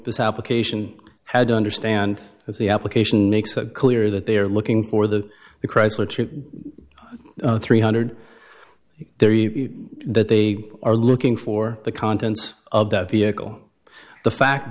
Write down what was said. this application had to understand that the application makes it clear that they are looking for the chrysler trip three hundred three that they are looking for the contents of that vehicle the fact